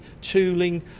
tooling